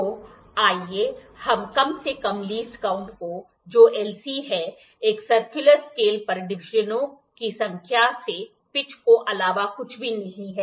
तो आइए हम कम से लीस्ट काउंट को जो LC है एक सर्कुलर स्केल पर डिवीजनों की संख्या से पिच के अलावा कुछ भी नहीं है